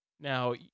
now